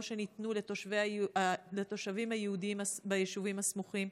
שניתנו לתושבים היהודים ביישובים הסמוכים.